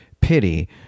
pity